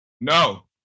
No